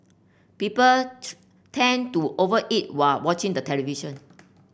people tend to over eat while watching the television